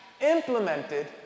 implemented